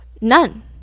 none